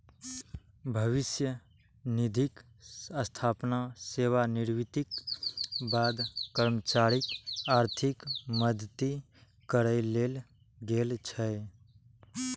भविष्य निधिक स्थापना सेवानिवृत्तिक बाद कर्मचारीक आर्थिक मदति करै लेल गेल छै